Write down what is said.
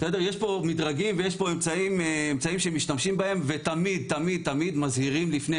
יש פה מדרגים ויש פה אמצעים שמשתמשים בהם ותמיד מזהירים לפני.